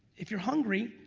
if you're hungry,